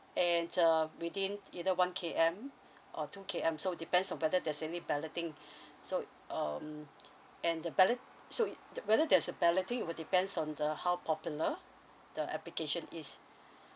and uh within either one K_M or two K_M so depends on whether there's any balloting so um and the ballo~ so whether there's a balloting will depends on the how popular the application is